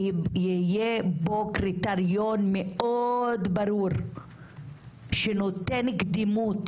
יהיה בו קריטריון מאוד ברור שנותן קדימות